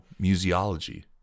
museology